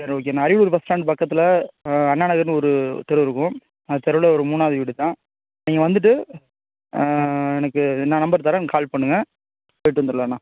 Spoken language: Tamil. சரி ஓகேண்ண அரியலூர் பஸ் ஸ்டாண்ட் பக்கத்தில் அண்ணா நகர்னு ஒரு தெரு இருக்கும் அந்த தெருவில் ஒரு மூணாவது வீடு தான் நீங்கள் வந்துகிட்டு எனக்கு நான் நம்பர் எனக் தரேன் கால் பண்ணுங்கள் போயிட்டு வந்துரலாண்ணா